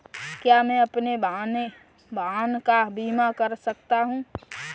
क्या मैं अपने वाहन का बीमा कर सकता हूँ?